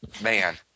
man